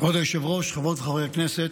כבוד היושב-ראש, חברות וחברי הכנסת,